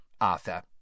Arthur